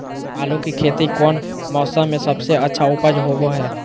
आलू की खेती कौन मौसम में सबसे अच्छा उपज होबो हय?